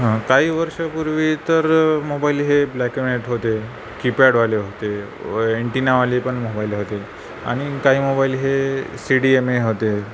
काही वर्षापूर्वीतर मोबाईल हे ब्लॅक अँ व्हाईट होते कीपॅडवाले होते व एंटिनावालेपण मोबाईल होते आणि काही मोबाईल हे सी डी एम ए होते